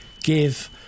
give